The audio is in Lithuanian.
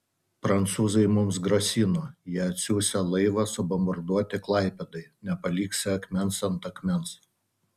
prancūzai mums grasino jie atsiųsią laivą subombarduoti klaipėdai nepaliksią akmens ant akmens